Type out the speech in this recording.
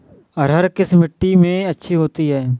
अरहर किस मिट्टी में अच्छी होती है?